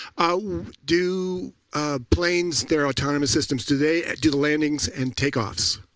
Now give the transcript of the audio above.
ah do planes, their autonomous systems, do they do the landings and takeoffs?